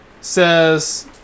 says